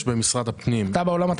איתן כהן, אתה מן העולם התקציבי.